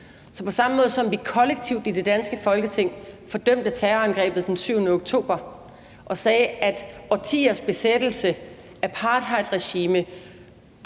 – på samme måde som vi i det danske Folketing fordømte terrorangrebet den 7. oktober og sagde, at årtiers besættelse, apartheidregime,